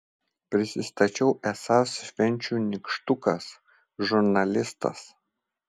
prisistačiau esąs švenčių nykštukas žurnalistas